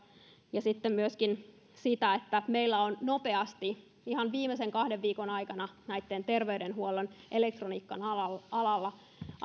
ja sitten myöskin sitä että meillä on nopeasti ihan viimeisen kahden viikon aikana terveydenhuollon elektroniikan alalla